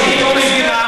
זה שהיא לא מבינה,